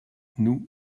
nous